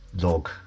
Log